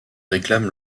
réclame